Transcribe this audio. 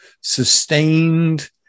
sustained